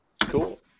Cool